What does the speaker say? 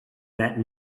that